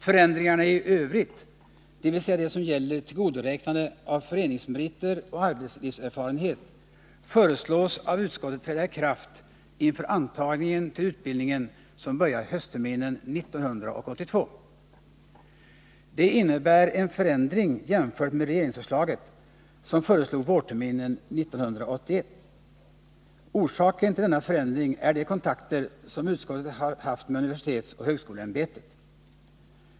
Förändringarna i övrigt, dvs. de som gäller tillgodoräknande av föreningsmeriter och arbetslivserfarenhet, föreslås av utskottet träda i kraft inför antagningen till utbildningen som börjar höstterminen 1982. Det innebär en förändring jämfört med propositionen, som föreslog vårterminen 1982. Orsaken till denna förändring är de kontakter som utskottet har haft med universitetsoch högskoleämbetet.